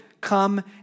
come